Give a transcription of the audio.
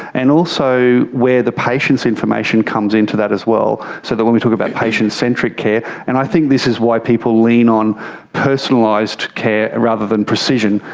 and also where the patient's information comes into that as well. so when we talk about patient-centric care, and i think this is why people lean on personalised care rather than precision,